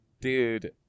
dude